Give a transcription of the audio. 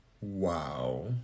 Wow